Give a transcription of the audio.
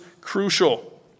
crucial